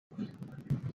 ocho